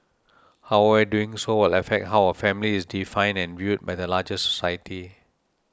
however doing so will affect how a family is defined and viewed by the larger society